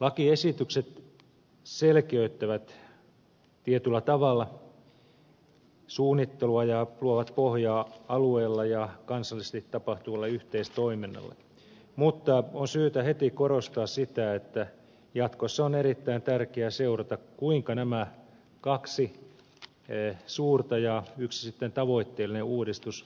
lakiesitykset selkeyttävät tietyllä tavalla suunnittelua ja luovat pohjaa alueilla ja kansallisesti tapahtuvalle yhteistoiminnalle mutta on syytä heti korostaa sitä että jatkossa on erittäin tärkeää seurata kuinka nämä kaksi suurta ja yksi tavoitteellinen uudistus